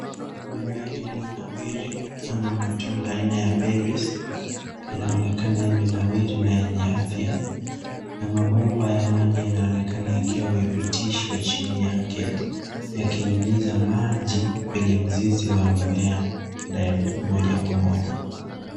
Mimea iliyo nawiri ama matunda aina ya berries inaonekana imenawiri na yenye afya na mabomba ya maji yanaonekana yakiwa wamepitishwa chini yake yakinyunyiza maji kwenye mzizi wa memea moja kwa moja.